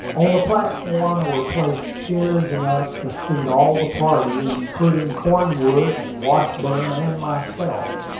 on the platform were placed chairs enough to seat all the party, including cornwood, washburn, and myself.